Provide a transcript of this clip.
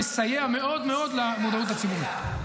נסייע מאוד מאוד למודעות הציבורית.